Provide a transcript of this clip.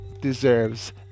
deserves